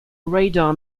radar